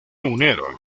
unieron